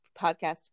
podcast